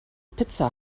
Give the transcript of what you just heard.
pizza